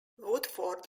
woodford